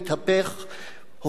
הופכת התוכנית הזאת,